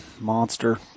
monster